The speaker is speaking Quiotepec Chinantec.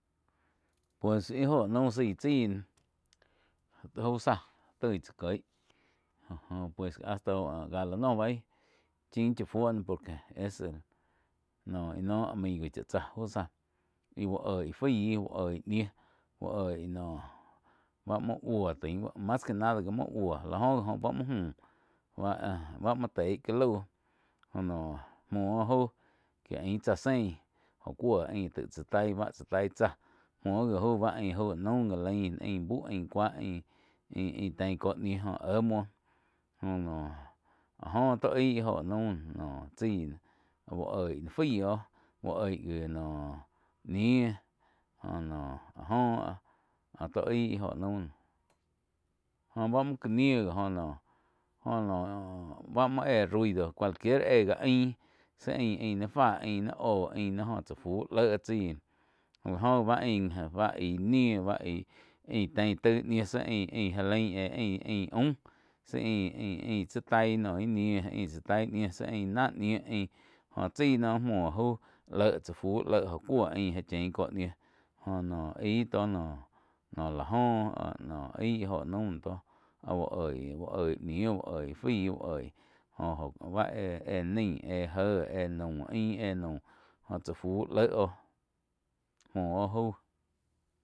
Pues ih óho naum saí chái noh jau záh ain tsah kieh joh-joh pues hasta gá láh noh bei chin cha fuo noh por que es el no íh noh amigo chá tsáh jauh záh ih bu oih faí uh oig ñiu uh oig noh báh muo buoh tain mas que nada gi muoh buoh la joh gi oh báh muo muh báh muoh teih ca lau jho noh muoh oh jau kieh ain tsáh zein jo cuo ain taig tsá tai bá, tsá taih cháh muoh gi jauh báh ain jóh naum gá lain ain buh ain cua ain-ain teih có ñiu jo éh muoh joh noh áh jó tó aih ih joh naum noh chai noh uh oig noh fáih oh bu oig jih noh ñiuh joh noh joh áh tó sih ih joh naum jo bá muo ká ni ji joh nooh bá muo éh ruido cualquier éh gah ain si ai-ni fáh ain ni oh jo tsá fu leh tsai la joh báh ain bá aig nih ai ein tein taig ñiu tsi ain-ain já lain ain-ain aum sih ain-ain tsá tai noh ih ñiu. Ain tsá taih ñiu si ain náh ñiu ain joh chái noh muo jau léh chá fuh léh oh cuo ain ja chien ko ñiu jo no ai tó no lá joh áh aí íh óho naum noh tóh áh uh oíh-uh oíh ñiu uh oíh faí uh oíh jo-jo báh eh eh-éh naih éh jéh éh naum ain éh naum jóh tsáh fu léh oh muo óh jau.